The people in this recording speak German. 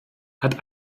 hat